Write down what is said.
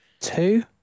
Two